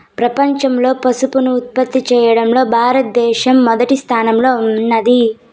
ప్రపంచంలో పసుపును ఉత్పత్తి చేయడంలో భారత దేశం మొదటి స్థానంలో ఉన్నాది